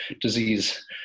disease